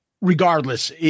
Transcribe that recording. regardless